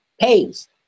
pays